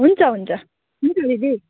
हुन्छ हुन्छ हुन्छ दिदी